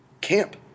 camp